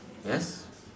yes